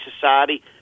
society